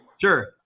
Sure